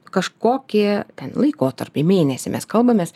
kažkokį ten laikotarpį mėnesį mes kalbamės